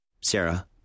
Sarah